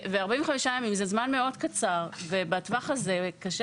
45 ימים זה זמן קצר מאוד ובטווח הזה קשה